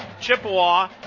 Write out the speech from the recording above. Chippewa